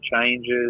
changes